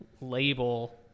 label